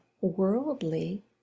worldly